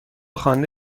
خوانده